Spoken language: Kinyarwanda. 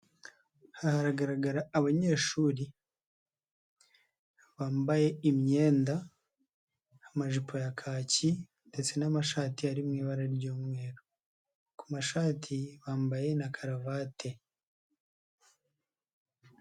Hagaragara abanyeshuri bambaye imyenda, amajipo ya kaki ndetse n'amashati ari mu ibara ry'umweru, ku mashati bambaye na karuvati.